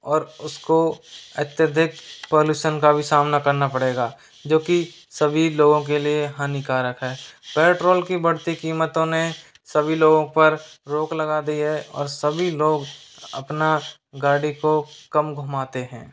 और उसको अत्यधिक पॉल्यूशन का भी सामना करना पड़ेगा जो कि सभी लोगों के लिए हानिकारक है पेट्रोल की बढ़ती कीमतों ने सभी लोगों पर रोक लगा दी है और सभी लोग अपनी गाड़ी को कम घूमाते हैं